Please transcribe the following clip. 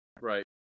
right